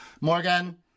Morgan